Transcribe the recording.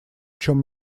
чем